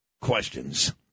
questions